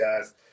guys